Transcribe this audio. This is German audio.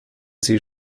sie